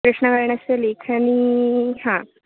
कृष्णवर्णस्य लेखनी हा